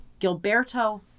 Gilberto